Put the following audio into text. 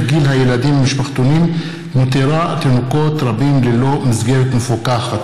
גיל הילדים במשפחתונים ומותירה תינוקות רבים ללא מסגרת מפוקחת.